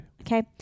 okay